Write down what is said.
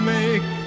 Make